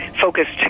Focused